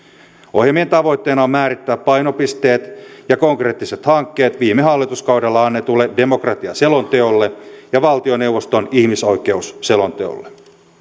ohjelmien tavoitteena on määrittää painopisteet ja konkreettiset hankkeet viime hallituskaudella annetuille demokratiaselonteolle ja valtioneuvoston ihmisoikeusselonteolle